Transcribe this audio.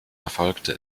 erfolgte